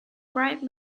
bright